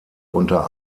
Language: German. unter